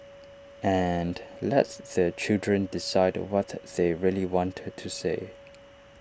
and let the children decide what they really want to say